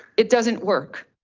it doesn't work.